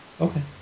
Okay